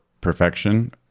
perfection